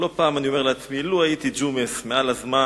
לא פעם אני אומר לעצמי: לו הייתי ג'ומס מעל הזמן,